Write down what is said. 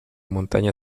montaña